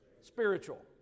Spiritual